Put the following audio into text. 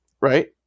right